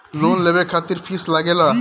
Loan लेवे खातिर fees लागेला?